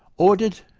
ordered